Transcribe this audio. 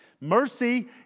Mercy